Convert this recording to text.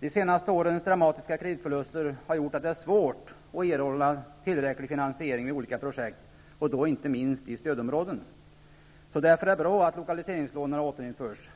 De senaste årens dramatiska kreditförluster har gjort att det är svårt att erhålla tillräcklig finansiering för olika projekt, inte minst när det gäller projekt i stödområden. Det är därför bra att lokaliseringslånen återinförs.